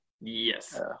Yes